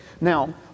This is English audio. Now